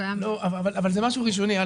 אבל זה דבר ראשוני.